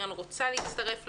הקרן רוצה להצטרף לתוכנית.